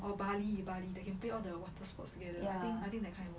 or bali bali they can play all the water sports together I think I think that kind